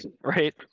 right